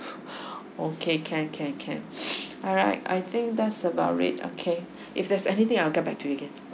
okay can can can alright I think that's about it okay if there's anything I'll get back to you again